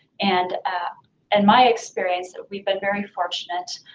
and and my experience, we've been very fortunate,